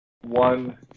one